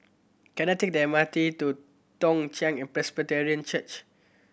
can I take the M R T to Toong Chai Presbyterian Church